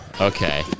Okay